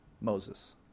Moses